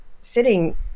sitting